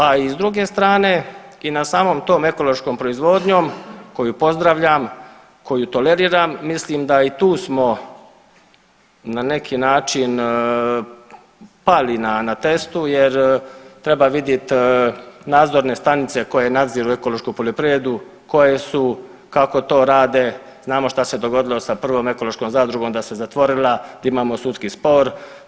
A i s druge strane i nad samom tom ekološkom proizvodnjom koju pozdravljam, koju toleriram mislim da i tu smo na neki način pali na testu jer treba vidjeti nadzorne stanice koje nadziru ekološku poljoprivredu koje su kako to rade, znamo što se dogodilo sa prvom ekološkom zadrugom da se zatvorila, da imamo sudski spor.